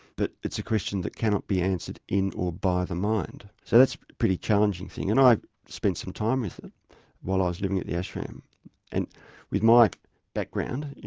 that it's a question that cannot be answered in or by the mind so that's pretty challenging and i spent some time with it while i was living at the ashram and with my background,